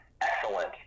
excellent